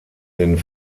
den